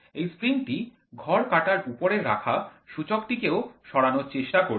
এই স্প্রিংটি ঘর কাটার উপরে রাখা সূচকটি কে ও সরানোর চেষ্টা করবে